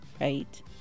right